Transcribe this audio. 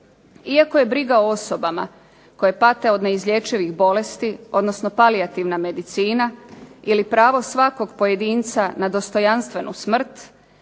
Iako je briga o osobama koje pate od neizlječivih bolesti, odnosno palijativna medicina ili pravo svakog pojedinca na dostojanstvenu smrt